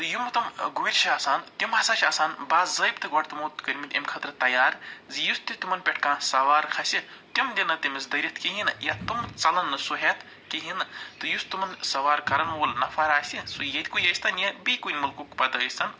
تہٕ یِمہٕ تِم گُرۍ چھِ آسان تِم ہسا چھِ آسان باضٲبطہٕ گۄڈٕ تِمو کٔرۍمٕتۍ أمۍ خٲطرٕ تیار زِ یُس تہِ تِمَن پٮ۪ٹھ کانٛہہ سَوار کھسہِ تِم دِن نہٕ تٔمِس دٔرِتھ کِہیٖنۍ نہٕ یا تِم ژلَن نہٕ سُہ ہٮ۪تھ کِہیٖنۍ نہٕ تہٕ یُس تِمَن سَوار کَرَن وول نفر آسہِ سُہ ییٚتہِ کُے ٲسۍتَن یا بیٚیہِ کُنہِ مُلکُک پتہٕ ٲسۍتَن